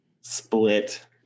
split